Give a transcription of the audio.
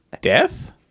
Death